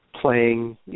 playing